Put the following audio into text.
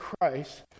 Christ